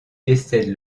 décède